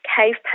cave